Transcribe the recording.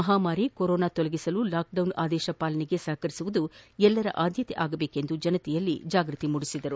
ಮಹಾಮಾರಿ ಕೊರೋನಾ ತೊಲಗಿಸಲು ಲಾಕ್ಡೌನ್ ಆದೇಶ ಪಾಲನೆಗೆ ಸಹಕರಿಸುವುದು ಎಲ್ಲರ ಆದ್ಯತೆ ಅಗಬೇಕು ಎಂದು ಜನರಲ್ಲಿ ಜಾಗೃತಿ ಮೂಡಿಸಿದರು